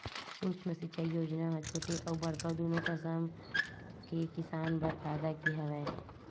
सुक्ष्म सिंचई योजना ह छोटे अउ बड़का दुनो कसम के किसान बर फायदा के हवय